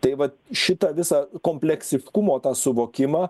tai vat šitą visą kompleksiškumo tą suvokimą